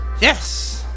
Yes